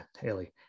Haley